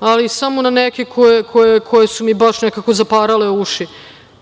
ali samo na neke koje su mi baš nekako zaparale uši. Pod